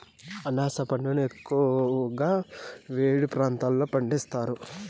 అనాస పండును ఎక్కువగా వేడి ప్రాంతాలలో పండిస్తారు